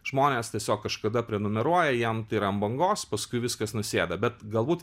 žmonės tiesiog kažkada prenumeruoja jiem tai yra ant bangos paskui viskas nusėda bet galbūt